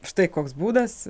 štai koks būdas